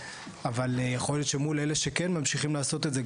אבל יכול להיות שמול אלה שכן ממשיכים לעשות את זה,